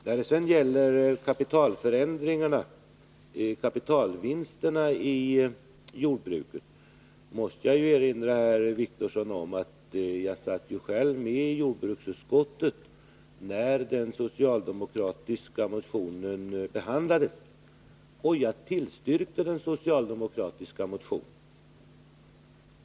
När det sedan gäller kapitalvinsterna i jordbruket måste jag erinra herr Wictorsson om att jag själv satt i jordbruksutskottet när den socialdemokratiska motionen behandlades och tillstyrkte också motionen.